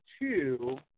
two